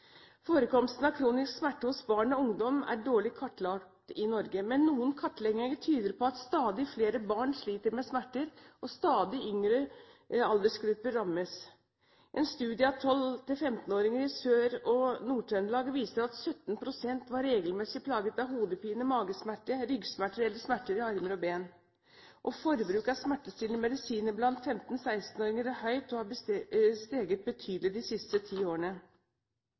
Forekomsten av kronisk smerte hos barn og ungdom er dårlig kartlagt i Norge, men noen kartlegginger tyder på at stadig flere barn sliter med smerter, og at stadig yngre aldersgrupper rammes. En studie av 12–15-åringer i Sør-Trøndelag og Nord-Trøndelag viser at 17 pst. var regelmessig plaget av hodepine, magesmerter, ryggsmerter eller smerter i armer og ben. Forbruket av smertestillende medisiner blant 15–16-åringer er høyt og har steget betydelig de siste ti årene.